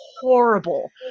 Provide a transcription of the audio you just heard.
horrible